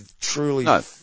truly